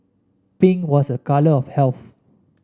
pink was a colour of health